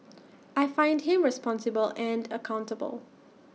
I find him responsible and accountable